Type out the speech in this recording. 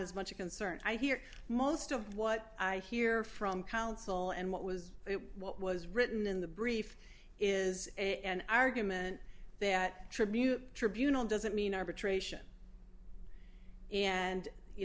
as much a concern i hear most of what i hear from counsel and what was it what was written in the brief is an argument that tribute tribunal doesn't mean arbitration and you